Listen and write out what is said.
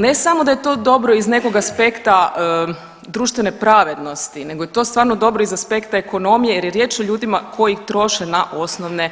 Ne samo da je to dobro ih nekog aspekta društvene pravednosti, nego je to stvarno dobro iz aspekta ekonomije jer je riječ o ljudima koji troše na osnovne